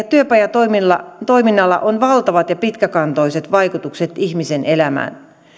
työpajatoiminnalla on valtavat ja pitkäkantoiset vaikutukset ihmisen elämään